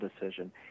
decision